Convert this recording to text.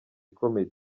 ikomeye